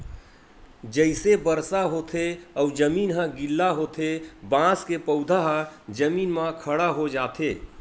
जइसे बरसा होथे अउ जमीन ह गिल्ला होथे बांस के पउधा ह जमीन म खड़ा हो जाथे